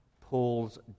Paul's